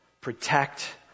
Protect